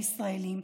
הישראלים,